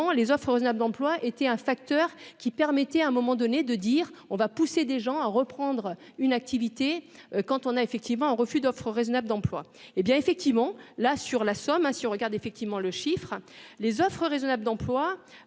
les offres abominable d'emploi était un facteur qui permettait à un moment donné de dire on va pousser des gens à reprendre une activité quand on a effectivement un refus d'offres raisonnables d'emploi hé bien effectivement là sur la somme, ah si on regarde effectivement le chiffre les offres raisonnables d'emploi